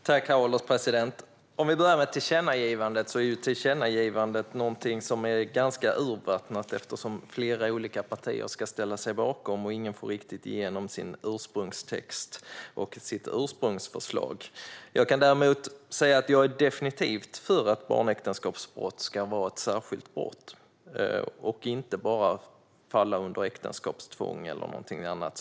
Herr ålderspresident! Vi kan börja med tillkännagivandet. Tillkännagivandet är någonting ganska urvattnat, eftersom flera olika partier ska ställa sig bakom det. Ingen får riktigt igenom sin ursprungstext och sitt ursprungsförslag. Jag kan däremot säga att jag definitivt är för att barnäktenskapsbrott ska vara ett särskilt brott och inte bara falla under äktenskapstvång eller någonting annat.